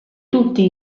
tutti